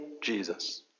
Jesus